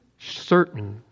certain